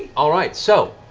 all right, so.